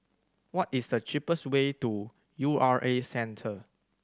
what is the cheapest way to U R A Centre